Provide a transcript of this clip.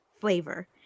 flavor